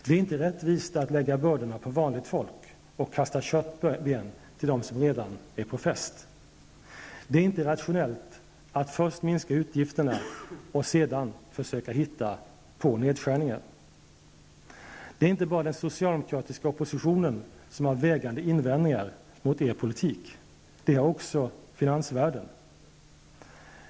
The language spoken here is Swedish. Det är inte rättvist att lägga bördorna på vanligt folk och kasta köttben till dem som redan är på fest. Det är inte rationellt att först minska utgifterna och sedan försöka hitta på nedskärningar. Det är inte bara den socialdemokratiska oppositionen som har vägande invändningar mot er politik. Det har också finansvärlden.